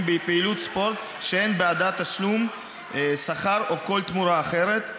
בפעילות ספורט שאין בעדה תשלום שכר או כל תמורה אחרת.